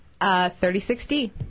36D